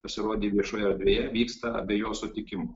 pasirodė viešoje erdvėje vyksta be jo sutikimo